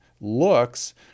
looks